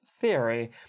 theory